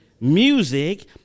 Music